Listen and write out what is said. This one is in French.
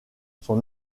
son